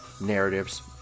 narratives